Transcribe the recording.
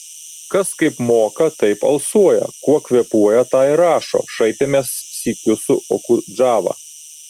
kas kaip moka taip alsuoja kuo kvėpuoja tą ir rašo šaipėmės sykiu su okudžava